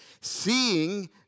Seeing